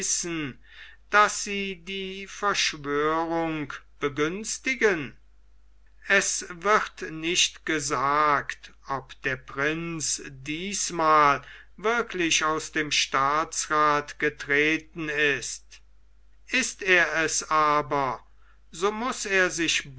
daß sie die verschwörung begünstigen es wird nicht gesagt ob der prinz diesmal wirklich aus dem staatsrath getreten ist ist er es aber so muß er sich